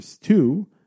two